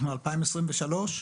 אנחנו ב-2023,